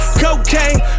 cocaine